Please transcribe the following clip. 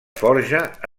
forja